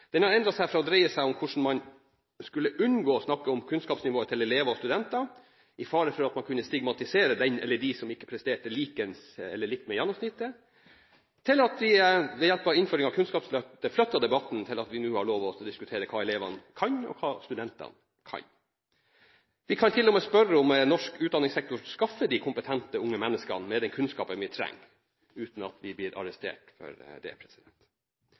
Den har endret seg fra å dreie seg om hvordan man skulle unngå å snakke om kunnskapsnivået til elever og studenter, i fare for at man kunne stigmatisere den eller de som ikke presterte likt med gjennomsnittet, til at vi ved hjelp av innføringen av Kunnskapsløftet flyttet debatten til at vi nå har lov til å diskutere hva elevene kan, og hva studentene kan. Vi kan til og med spørre om norsk utdanningssektor skaffer de kompetente unge menneskene, med den kunnskapen vi trenger, uten at vi blir arrestert for det.